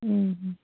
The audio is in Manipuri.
ꯎꯝ